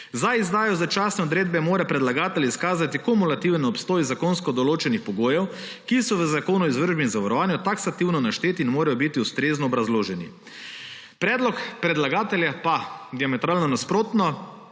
Za izdajo začasne odredbe mora predlagatelj izkazati kumulativen obstoj zakonsko določenih pogojev, ki so v Zakonu o izvršbi in zavarovanju taksativno našteti in morajo biti ustrezno obrazloženi. Predlog predlagatelja pa diametralno nasprotno